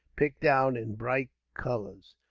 picked out in bright colours.